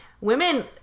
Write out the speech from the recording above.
women